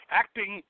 acting